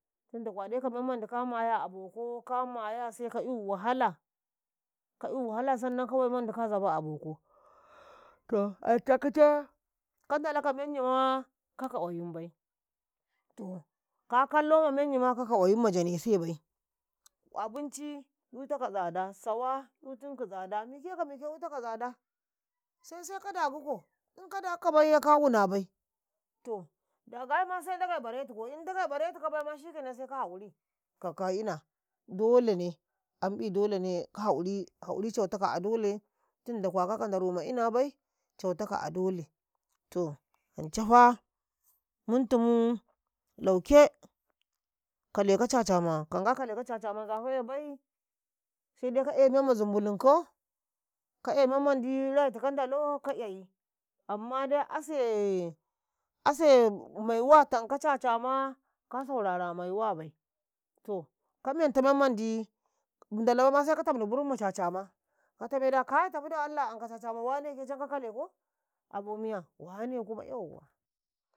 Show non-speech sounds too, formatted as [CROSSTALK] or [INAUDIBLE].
﻿Tinda kuwa dai ka menmandi ka maya a boko, ka maya sai ka 'yu wahala ka 'yu wahala. ka wai memma zaba a boko [HESITATION] a ancekice kan ndalaka menyima ka nanka kwayinbai toh ka maita menyima ka nankau kwayin ma janebai abinci waɗe 'yuta kau tsada, sawa 'yutinki tsada mike ka mike'yutakau stada sesesaika daguko inka daguko baiye kawuna bai to daga yi ma sai ndagai baretikau, in Ndagai bareti ka bai ma shikenan sai ka hakuri ka ka ina dolei ne ambi dolaine ka hakuri cutaka adole tinda kuwa kananka ndarma'ina bai cautaka a dolai to ancafa mutumu lauke kaleka caca ma ka nga kaleka caca ma nzafa'e bai, sedai ka eyi memma zumbulunko ka eyi an memmandi rayi tikau ndalo ndala ka eyi amma ase [HESITATION] maiwa tanko cacama kasurara maiwa mbai toh kamentau memmandi ndala baima sai ka tamni burumma caca ma. kai tafi dallah anko caca ma wane ke harka kaleko abo miya wane kuma yauwa